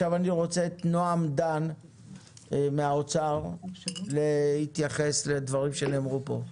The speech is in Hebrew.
אני רוצה לשמוע את נעם דן מהאוצר שתתייחס לדברים שנאמרו כאן.